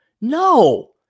No